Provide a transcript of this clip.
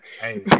hey